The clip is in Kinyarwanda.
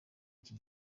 iki